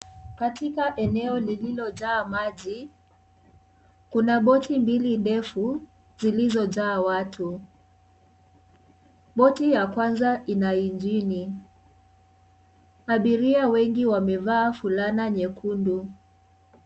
Katika eneo lililojaa maji kuna boti mbili ndefu zilizojaa watu. Boti ya kwanza ina injini. Abiria wengi wamevaa fulana nyekundu.